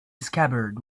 scabbard